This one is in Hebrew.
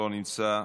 לא נמצא,